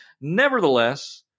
Nevertheless